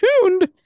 tuned